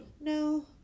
No